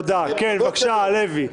כן בבקשה, הלוי.